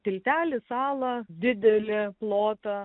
tiltelį salą didelį plotą